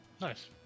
Nice